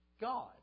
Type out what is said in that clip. God